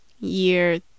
year